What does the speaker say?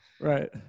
Right